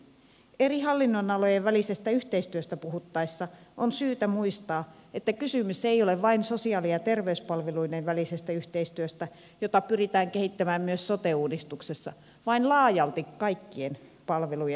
eri hallinnonalojen välisestä yhteistyöstä puhuttaessa on syytä muistaa että kysymys ei ole vain sosiaali ja terveyspalveluiden välisestä yhteistyöstä jota pyritään kehittämään myös sote uudistuksessa vaan laajalti kaikkien palvelujen